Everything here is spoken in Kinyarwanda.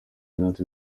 inoti